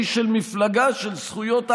איש מפלגה של זכויות האדם,